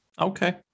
Okay